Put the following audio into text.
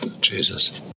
Jesus